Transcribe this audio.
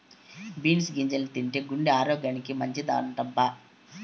beans గింజల్ని తింటే గుండె ఆరోగ్యానికి మంచిదటబ్బా